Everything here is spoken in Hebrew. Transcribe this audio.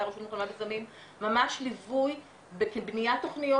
ממש ליווי בבניית תכניות,